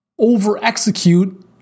over-execute